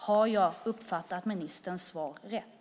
Har jag uppfattat ministerns svar rätt?